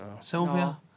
Sylvia